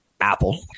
Apple